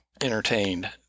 entertained